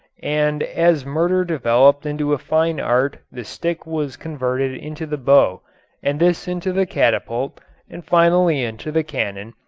and as murder developed into a fine art the stick was converted into the bow and this into the catapult and finally into the cannon,